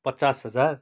पचास हजार